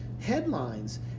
headlines